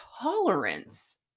tolerance